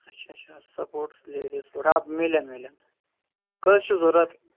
اچھا اچھا sports ladies boot آ میلن میلن کٔژ چھِو ضوٚرتھ